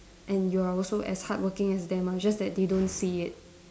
and you are also as hardworking as them ah just that they don't see it